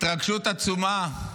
התרגשות עצומה.